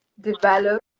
develop